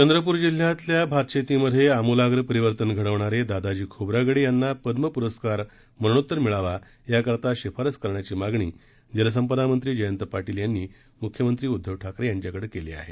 चंद्रपर जिल्ह्यात ल्या भातशेतीमधे आमलाप्र परिवर्तन घडवणारे दादाजी खोब्रागडे यांना पद्य पूरस्कार मरणोत्तर मिळावा याकरता शिफारस करण्याची मागणी जलसंपदा मंत्री जयंत पार्शिल यांनी मुख्यमंत्री उद्घव ठाकरे यांच्याकडे केली आहे